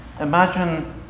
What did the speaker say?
Imagine